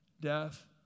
death